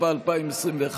התשפ"א 2021,